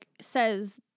says